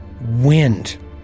Wind